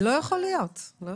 לא יכולה להיות.